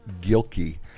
Gilkey